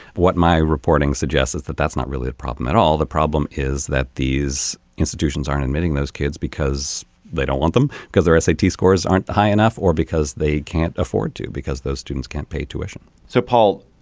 what my reporting suggests is that that's not really a problem at all the problem is that these institutions aren't admitting those kids because they don't want them because their s a t. scores aren't high enough or because they can't afford to. because those students can't pay tuition so paul